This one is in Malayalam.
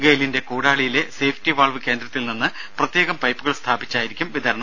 ഗെയിലിന്റെ കൂടാളിയിലെ സേഫ്റ്റി വാൾവ് കേന്ദ്രത്തിൽ നിന്ന് പ്രത്യേകം പൈപ്പുകൾ സ്ഥാപിച്ചായിരിക്കും വിതരണം